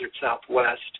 southwest